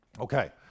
Okay